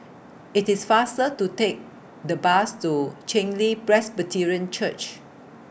IT IS faster to Take The Bus to Chen Li Presbyterian Church